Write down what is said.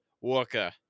walker